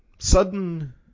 Sudden